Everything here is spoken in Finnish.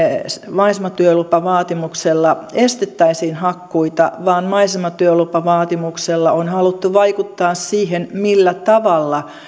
maisematyölupavaatimuksella estettäisiin hakkuita vaan maisematyölupavaatimuksella on haluttu vaikuttaa siihen millä tavalla